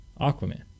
Aquaman